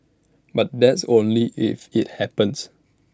but that's only if IT happens